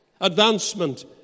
advancement